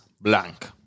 blank